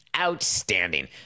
Outstanding